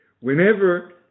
Whenever